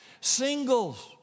Singles